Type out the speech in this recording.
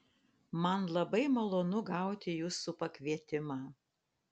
man labai malonu gauti jūsų pakvietimą